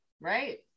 right